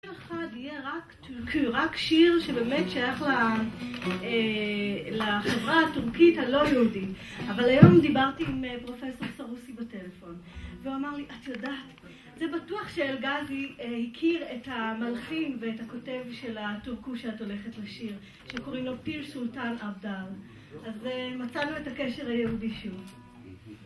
שיר אחד יהיה רק טורקי, רק שיר שבאמת שייך לחברה הטורקית הלא-יהודית, אבל היום דיברתי עם פרופסור סרוסי בטלפון, והוא אמר לי, את יודעת? זה בטוח שאלגזי הכיר את המלחין ואת הכותב של הטורקי שאת הולכת לשיר, שקוראים לו פיר סולטן אבדל, אז מצאנו את הקשר היהודי שוב